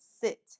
sit